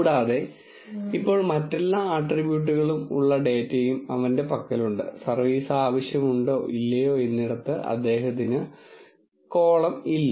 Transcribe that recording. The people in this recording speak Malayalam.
കൂടാതെ ഇപ്പോൾ മറ്റെല്ലാ ആട്രിബ്യൂട്ടുകളും ഉള്ള ഡാറ്റയും അവന്റെ പക്കലുണ്ട് സർവീസ് ആവശ്യമുണ്ടോ ഇല്ലയോ എന്നിടത്ത് അദ്ദേഹത്തിന് ഈ കോളം ഇല്ല